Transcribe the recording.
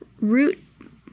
root